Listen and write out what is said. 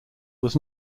was